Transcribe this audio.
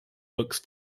books